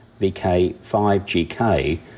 VK5GK